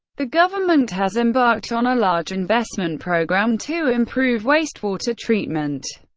the government has embarked on a large investment program to improve wastewater treatment.